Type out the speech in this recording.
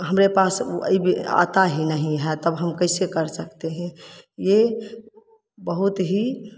हमरे पास उ आता ही नहीं है तब हम कैसे कर सकते हैं ये बहुत ही